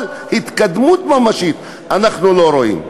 אבל התקדמות ממשית אנחנו לא רואים.